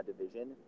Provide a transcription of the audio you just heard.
division